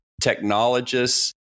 technologists